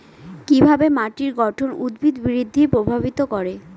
কিভাবে মাটির গঠন উদ্ভিদ বৃদ্ধি প্রভাবিত করে?